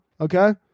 okay